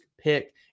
pick